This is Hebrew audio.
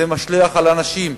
זה משליך על אנשים.